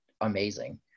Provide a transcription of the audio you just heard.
amazing